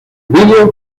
video